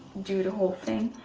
do the whole thing.